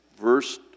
verse